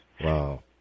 Wow